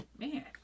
man